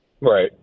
Right